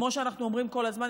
כמו שאנחנו אומרים כל הזמן,